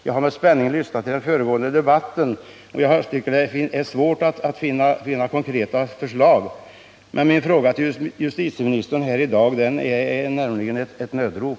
Jag har med spänning lyssnat till den föregående debatten, och jag tycker det är svårt att finna konkreta förslag. Min fråga till justitieministern är faktiskt att betrakta som ett nödrop.